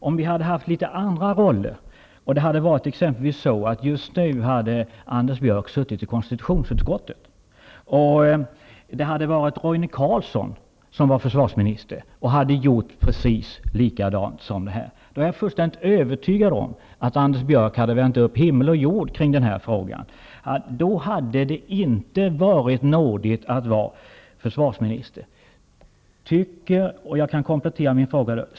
Om vi hade haft andra roller, om Anders Björck just nu hade suttit i konstitutionsutskottet och Roine Carlsson hade varit försvarsminister och gjort precis likadant som Anders Björck nu gör, är jag fullständigt övertygad om att Anders Björck hade vänt upp himmel och jord kring den här frågan. Då hade det inte varit nådigt att vara försvarsminister.